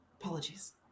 Apologies